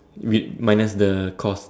with minus the cost